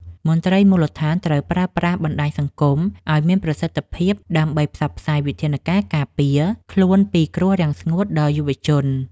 មន្ត្រីមូលដ្ឋានត្រូវប្រើប្រាស់បណ្តាញសង្គមឱ្យមានប្រសិទ្ធភាពដើម្បីផ្សព្វផ្សាយវិធានការការពារខ្លួនពីគ្រោះរាំងស្ងួតដល់យុវជន។